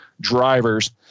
drivers